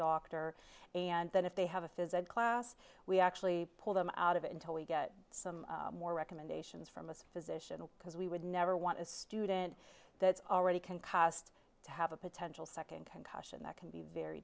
doctor and then if they have a physics class we actually pull them out of it until we get some more recommendations from a physician because we would never want a student that's already concussed to have a potential second concussion that can be very